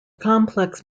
complex